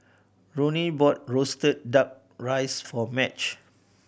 Ronny bought roasted Duck Rice for Madge